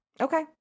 Okay